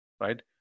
right